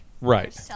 Right